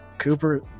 Cooper